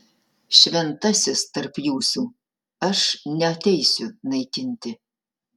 šventasis tarp jūsų aš neateisiu naikinti